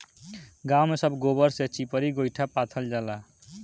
गांव में सब गोबर से चिपरी गोइठा पाथल जाला